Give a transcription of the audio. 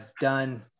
done